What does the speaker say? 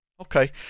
Okay